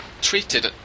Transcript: treated